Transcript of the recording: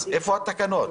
אז איפה התקנות?